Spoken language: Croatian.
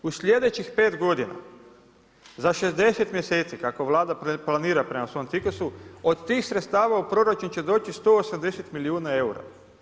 U sljedećih 5 godina za 60 mjeseci kako Vlada planira prema svom ciklusu od tih sredstava u proračun će doći 180 milijuna eura.